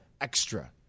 extra